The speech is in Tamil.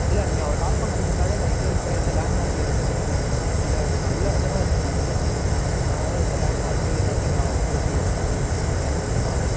இல்லை நீங்கள் அவரை கால் பண்ண சொன்னிங்கனாலே நான் எங்கே இருக்கேன் எந்த லேன்ட்மார்க்கில் இருக்கேன்னு இல்லை கொஞ்சம் உள்ளடங்கி தான் இருக்கேன் நான் அதனால எந்த லேன்ட்மார்க்கு என்னன்ட்டு நான் அவருட்ட நான் பேசிப்பேன்ல ஆ